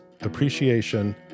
appreciation